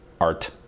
art